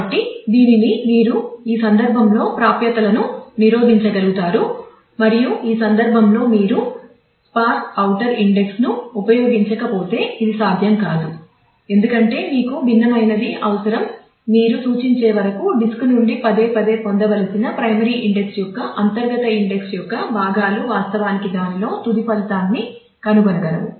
కాబట్టి దీనితో మీరు ఈ సందర్భంలో ప్రాప్యతలను నిరోధించగలుగుతారు మరియు ఈ సందర్భంలో మీరు స్పార్స్ ఔటర్ ఇండెక్స్ను ఉపయోగించక పోతే ఇది సాధ్యం కాదు ఎందుకంటే మీకు భిన్నమైనది అవసరం మీరు సూచించే వరకు డిస్క్ నుండి పదేపదే పొందవలసిన ప్రైమరీ ఇండెక్స్ యొక్క అంతర్గత ఇండెక్స్ యొక్క భాగాలు వాస్తవానికి దానిలో తుది ఫలితాన్ని కనుగొనగలవు